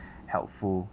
helpful